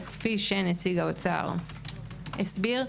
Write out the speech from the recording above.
וכפי שנציג האוצר הסביר,